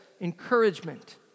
encouragement